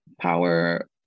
power